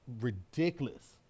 ridiculous